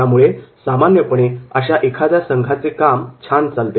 यामुळे सामान्यपणे अशा एखाद्या संघाचे काम छान चालते